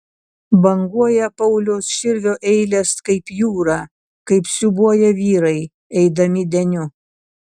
banguoja pauliaus širvio eilės kaip jūra kaip siūbuoja vyrai eidami deniu